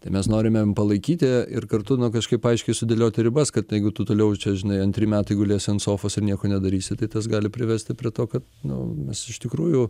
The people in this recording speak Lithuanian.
tai mes norime palaikyti ir kartu kažkaip aiškiai sudėlioti ribas kad jeigu tu toliau čia žinai antri metai gulėsi ant sofos ir nieko nedarysi tai tas gali privesti prie to kad nu mes iš tikrųjų